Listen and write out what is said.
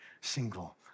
single